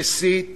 מסית